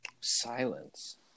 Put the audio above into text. Silence